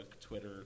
Twitter